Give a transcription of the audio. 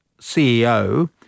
CEO